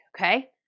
okay